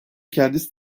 kendisi